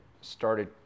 started